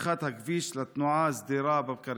ופתיחת הכביש לתנועה סדירה בבקרים?